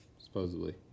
supposedly